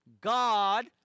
god